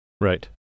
Right